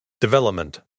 Development